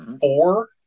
four